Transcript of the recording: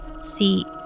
See